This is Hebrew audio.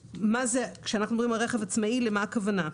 כשאנחנו אומרים רכב עצמאי, למה הכוונה?